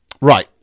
Right